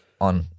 on